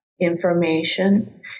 information